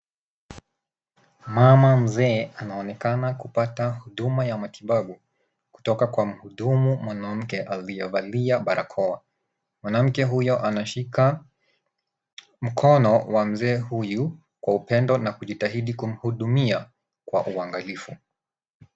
Mama mzee anaonekana kupata huduma ya matibabu kutoka kwa mhudumu mwanamke aliyevalia barakoa. Mwanamke huyo anashika mkono wa mzee huyu kwa upendo na kujitahidi kumhudumia kwa uangalifu.